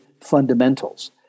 fundamentals